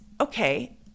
okay